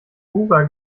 huber